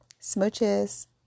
smooches